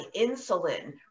insulin